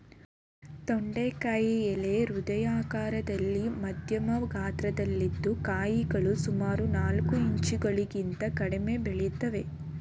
ತೊಂಡೆಕಾಯಿ ಎಲೆ ಹೃದಯ ಆಕಾರದಲ್ಲಿ ಮಧ್ಯಮ ಗಾತ್ರದಲ್ಲಿದ್ದು ಕಾಯಿಗಳು ಸುಮಾರು ನಾಲ್ಕು ಇಂಚುಗಳಿಗಿಂತ ಕಡಿಮೆ ಬೆಳಿತವೆ